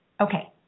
Okay